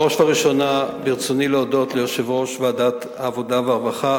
בראש ובראשונה ברצוני להודות ליושב-ראש ועדת העבודה והרווחה,